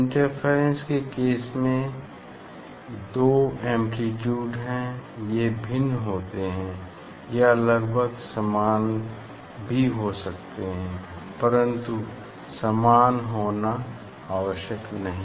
interference के case में दो एम्प्लीट्यूड हैं ये भिन्न होते है या लगभग समान भी हो सकते हैं परन्तु समान होना आवश्यक नहीं